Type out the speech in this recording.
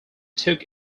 took